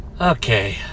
Okay